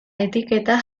etiketa